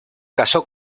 casó